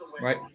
right